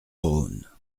rhône